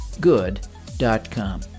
good.com